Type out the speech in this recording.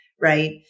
right